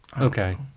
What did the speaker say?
Okay